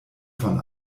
von